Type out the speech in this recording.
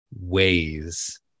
ways